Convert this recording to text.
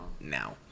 Now